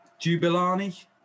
Jubilani